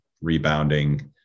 rebounding